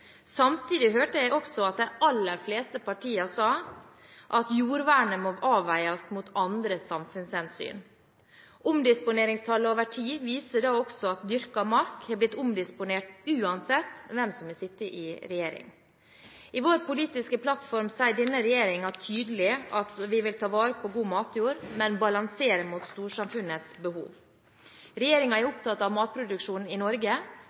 Samtidig hørte jeg også at de aller fleste partiene sa at jordvernet må avveies mot andre samfunnshensyn. Omdisponeringstallene over tid viser da også at dyrket mark har blitt omdisponert uansett hvem som har sittet i regjering. I vår politiske plattform sier denne regjeringen tydelig at vi vil ta vare på god matjord, men balansere mot storsamfunnets behov. Regjeringen er opptatt av matproduksjonen i Norge.